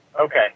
Okay